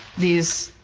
these,